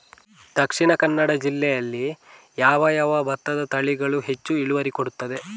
ದ.ಕ ಜಿಲ್ಲೆಯಲ್ಲಿ ಯಾವ ಯಾವ ಭತ್ತದ ತಳಿಗಳು ಹೆಚ್ಚು ಇಳುವರಿ ಕೊಡುತ್ತದೆ?